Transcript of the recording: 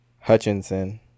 Hutchinson